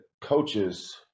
coaches